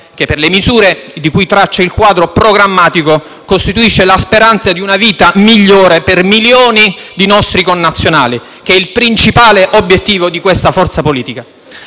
che, per le misure di cui traccia il quadro programmatico, costituisce la speranza di una vita migliore per milioni di nostri connazionali, che è il principale obiettivo di questa forza politica.